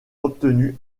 obtenu